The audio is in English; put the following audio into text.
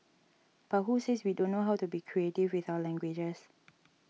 but who says we don't know how to be creative with our languages